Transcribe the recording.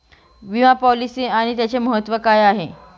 विमा पॉलिसी आणि त्याचे महत्व काय आहे?